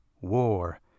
war